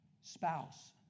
Spouse